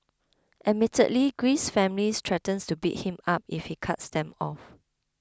admittedly Greece's family threatens to beat him up if he cuts them off